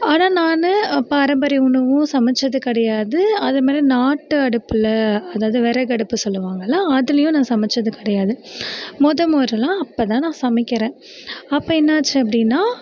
ஆனால் நான் பாரம்பரிய உணவும் சமைத்தது கிடையாது அது மாரி நாட்டு அடுப்பில் அதாவது விறகு அடுப்பு சொல்லுவாங்களே அதிலையும் நான் சமைத்தது கிடையாது மொதல் முதலா அப்போதான் நான் சமைக்கிறேன் அப்போ என்னாச்சு அப்படின்னா